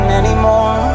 anymore